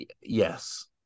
Yes